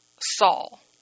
Saul